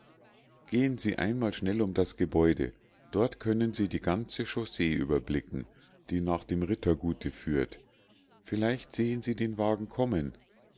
gehen sie einmal schnell um das gebäude dort können sie die ganze chaussee überblicken die nach dem rittergute führt vielleicht sehen sie den wagen kommen